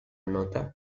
nota